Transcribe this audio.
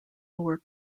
lower